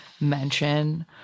mention